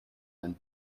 einen